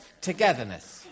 togetherness